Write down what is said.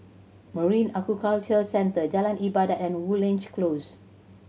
Marine Aquaculture Centre Jalan Ibadat and Woodleigh Close